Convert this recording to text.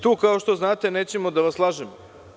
Tu, kao što znate, nećemo da vas lažemo.